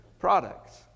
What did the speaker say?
products